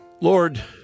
Lord